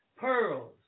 pearls